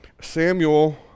Samuel